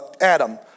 Adam